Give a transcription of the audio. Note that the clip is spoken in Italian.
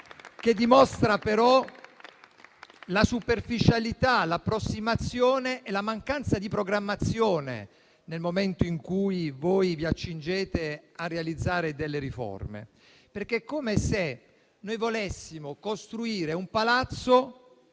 che dimostra però la superficialità, l'approssimazione e la mancanza di programmazione, nel momento in cui vi accingete a realizzare delle riforme. È come se volessimo costruire un palazzo